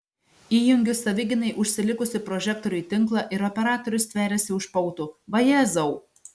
įjungiu savigynai užsilikusį prožektorių į tinklą ir operatorius stveriasi už pautų vajezau